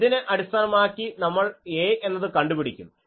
എന്തിനെ അടിസ്ഥാനമാക്കി നമ്മൾ a എന്നത് കണ്ടുപിടിക്കും